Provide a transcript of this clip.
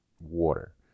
water